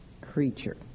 creature